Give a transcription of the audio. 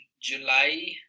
July